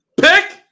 Pick